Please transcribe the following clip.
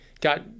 got